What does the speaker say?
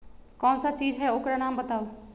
कौन सा चीज है ओकर नाम बताऊ?